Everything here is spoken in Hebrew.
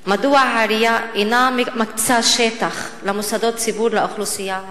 3. מדוע העירייה אינה מקצה שטח למוסדות ציבור לאוכלוסייה הערבית?